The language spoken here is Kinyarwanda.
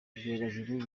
ibyogajuru